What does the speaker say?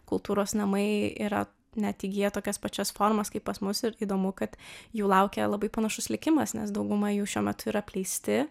kultūros namai yra net įgyja tokias pačias formas kaip pas mus ir įdomu kad jų laukia labai panašus likimas nes dauguma jų šiuo metu yra apleisti